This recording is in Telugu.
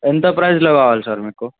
ఎంత ప్రైస్లో కావాలి సార్ మీకు